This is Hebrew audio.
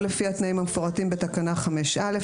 שלא לפי התנאים המפורטים בתקנה 5(א)".